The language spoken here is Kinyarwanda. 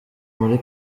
muri